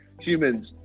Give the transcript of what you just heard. humans